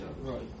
Right